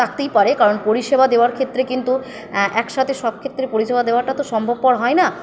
থাকতেই পারে কারণ পরিষেবা দেওয়ার ক্ষেত্রে কিন্তু একসাথে সব ক্ষেত্রে পরিষেবা দেওয়াটা তো সম্ভবপর হয় না